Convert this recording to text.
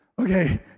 Okay